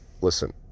listen